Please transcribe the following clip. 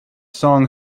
song